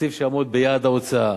תקציב שיעמוד ביעד ההוצאה,